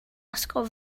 ysgol